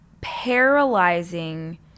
paralyzing